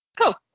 Cool